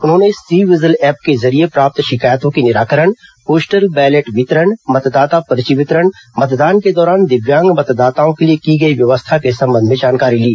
उन्होंने C vigil app के जरिये प्राप्त शिकायतों के निराकरण पोस्टल बैलेट वितरण मतदाता पर्ची वितरण मतदान के दौरान दिव्यांग मतदाताओं के लिए की गई व्यवस्था के संबंध में जानकारी ली